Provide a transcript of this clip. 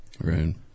Right